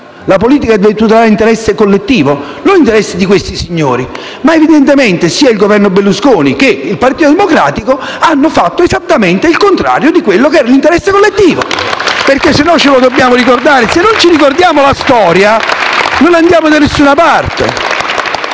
la politica deve tutelare l'interesse collettivo, non l'interesse di questi signori. Ma evidentemente sia il Governo Berlusconi che quello del Partito Democratico hanno fatto esattamente il contrario di quello che era l'interesse collettivo. *(Applausi dal Gruppo M5S)*. Ce lo dobbiamo ricordare, perché se non ricordiamo la storia, non andiamo da nessuna parte.